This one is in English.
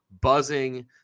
buzzing